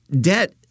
debt